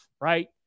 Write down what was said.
right